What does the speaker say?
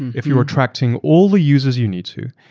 if you are attracting all the users you need to,